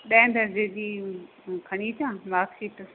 ॾह दर्जे जी खणी अचां माकशीट